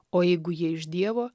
o jeigu jie iš dievo